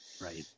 Right